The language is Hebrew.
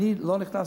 אני לא נכנס,